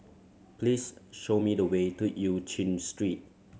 please show me the way to Eu Chin Street